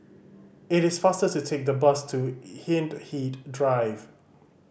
it is faster to take the bus to Hindhede Drive